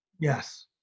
Yes